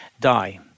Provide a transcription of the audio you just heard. die